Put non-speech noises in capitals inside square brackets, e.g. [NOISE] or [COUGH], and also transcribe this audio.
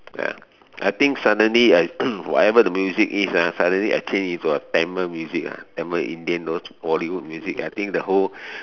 ya I think suddenly I [COUGHS] whatever the music is ah suddenly I change into a Tamil music ah Tamil Indian those bollywood music I think the whole